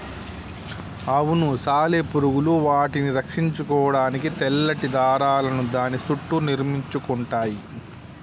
అవును సాలెపురుగులు వాటిని రక్షించుకోడానికి తెల్లటి దారాలను దాని సుట్టూ నిర్మించుకుంటయ్యి